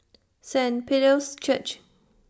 Saint Peter's Church